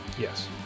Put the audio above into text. Yes